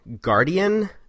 Guardian